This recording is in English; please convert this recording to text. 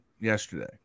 yesterday